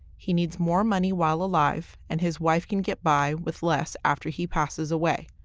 he needs more money while alive, and his wife can get by with less after he passes away.